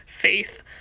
faith